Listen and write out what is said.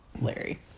Larry